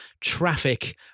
Traffic